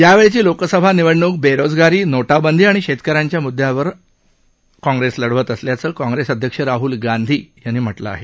या वेळची लोकसभा निवडणूक बेरोजगारी नोटाबंदी आणि शेतकऱ्यांच्या मुद्दयांच्या आधारावर काँप्रेस लढवत असल्याचं काँप्रेस अध्यक्ष राहुल गांधी यांनी म्हटलं आहे